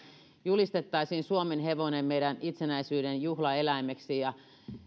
julistettaisiin suomenhevonen meidän itsenäisyyden juhlaeläimeksi